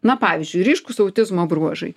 na pavyzdžiui ryškūs autizmo bruožai